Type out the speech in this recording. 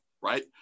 right